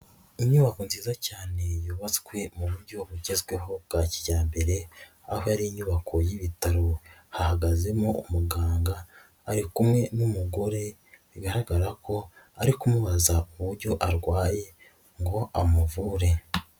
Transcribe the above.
Inyubako nziza cyane yubatswe mu buryo bugezweho bwa kijyambere, aho ari inyubako y'ibitaro hahagazemo umuganga ari kumwe n'umugore bigaragara ko ari kumubaza uburyo arwaye ngo amuvure.